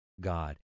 God